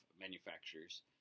manufacturers